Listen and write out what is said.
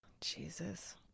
Jesus